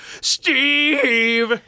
Steve